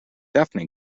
daphne